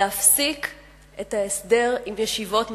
להפסיק את ההסדר עם ישיבות מסוימות.